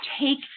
take